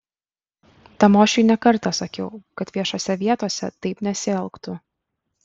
tamošiui ne kartą sakiau kad viešose vietose taip nesielgtų